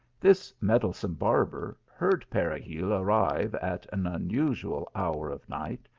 this meddlesome barber heard peregil arrive at an unusual hour of night,